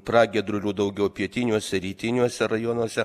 pragiedrulių daugiau pietiniuose rytiniuose rajonuose